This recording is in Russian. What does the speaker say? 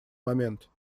момент